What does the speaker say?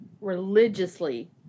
religiously